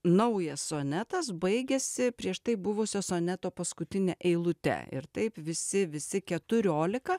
naujas sonetas baigiasi prieš tai buvusio soneto paskutine eilute ir taip visi visi keturiolika